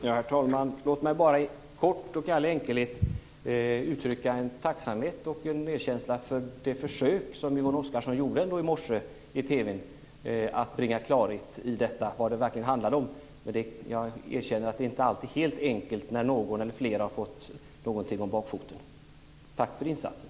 Herr talman! Låt mig bara kort och i all enkelhet uttrycka min tacksamhet och min medkänsla med Yvonne Oscarsson för det hon gjorde i TV i morse, nämligen försökte bringa klarhet i vad detta egentligen handlar om. Jag erkänner att det inte är helt enkelt att göra det när någon eller flera har fått någonting om bakfoten. Tack för insatsen!